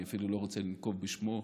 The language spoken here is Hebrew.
אני אפילו לא רוצה לנקוב בשמו,